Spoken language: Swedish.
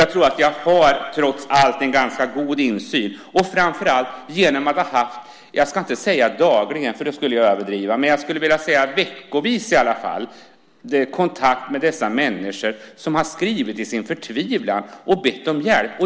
Jag tror att jag trots allt har en ganska god insyn, framför allt genom att jag har haft kontakt, om inte dagligen så i alla fall varje vecka, med människor som i sin förtvivlan har skrivit och bett om hjälp.